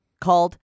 called